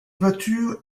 voiture